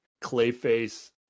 Clayface